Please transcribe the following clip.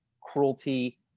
cruelty